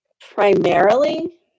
Primarily